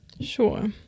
Sure